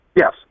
Yes